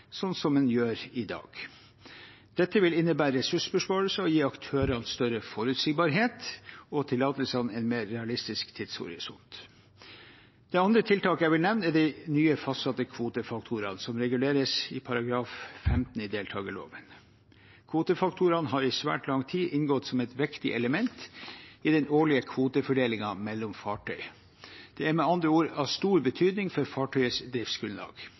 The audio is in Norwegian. en gjør i dag. Dette vil innebære ressursbesparelser og gi aktørene større forutsigbarhet og tillatelsene en mer realistisk tidshorisont. Det andre tiltaket jeg vil nevne, er de nye faste kvotefaktorene, som reguleres i ny § 15 i deltakerloven. Kvotefaktorer har i svært lang tid inngått som et viktig element i den årlige kvotefordelingen mellom fartøy. De er med andre ord av stor betydning for fartøyets driftsgrunnlag.